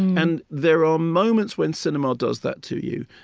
and there are moments when cinema does that to you,